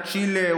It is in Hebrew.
צ'ילה,